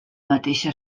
mateixa